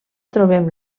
trobem